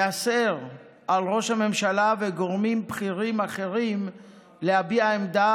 ייאסר על ראש הממשלה וגורמים בכירים אחרים להביע עמדה